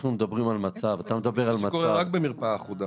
אתה מדבר על מצב --- זה מה שקורה רק במרפאה אחודה.